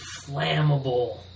flammable